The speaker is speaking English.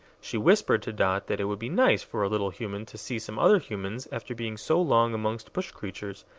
she whispered to dot that it would be nice for a little human to see some other humans after being so long amongst bush creatures,